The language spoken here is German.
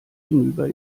hinüber